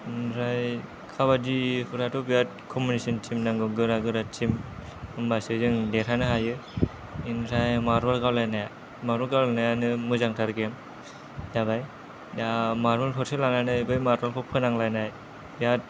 ओमफ्राय काबादिफोराथ' बिराद कमबिनेशन टिम नांगौ गोरा गोरा टिम होमबासो जों देरहानो हायो बिनिफ्राय मारबल गावलायनाया मारबल गावलायनायानो मोजांथार गेम जाबाय दा मारबल थरसे लानानै बे मारबल खौ फोनांलायनाय बिराद